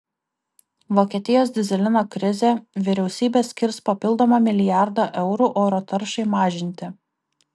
vokietijos dyzelino krizė vyriausybė skirs papildomą milijardą eurų oro taršai mažinti